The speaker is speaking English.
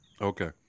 Okay